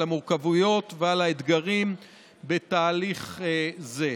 על המורכבויות ועל האתגרים בתהליך זה.